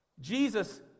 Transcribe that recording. Jesus